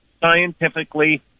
scientifically